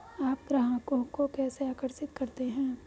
आप ग्राहकों को कैसे आकर्षित करते हैं?